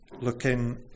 looking